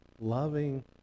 loving